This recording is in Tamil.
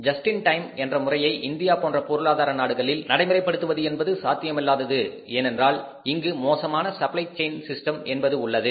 ஜஸ்ட் இன் டைம் என்ற முறையை இந்தியா போன்ற பொருளாதார நாடுகளில் நடைமுறைப்படுத்துவது என்பது சாத்தியமில்லாதது ஏனென்றால் இங்கு மோசமான சப்ளை செயின் சிஸ்டம் என்பது உள்ளது